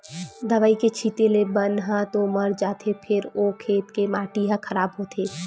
दवई के छिते ले बन ह तो मर जाथे फेर ओ खेत के माटी ह खराब होथे